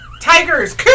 Tigers